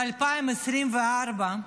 ב-2024,